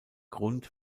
grund